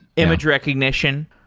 image recognition.